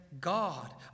God